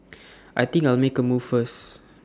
I think I'll make A move first